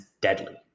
deadly